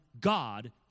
God